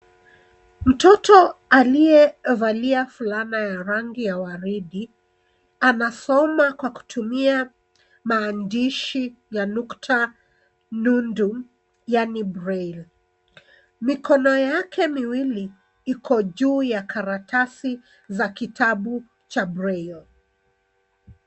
Mtoto aliyevalia fulana ya rangi ya waridi anasoma kwa kutumia maandishi ya nukta nundu yaani braille . Mikono yake miwili iko juu ya karatasi za kitabu cha braille .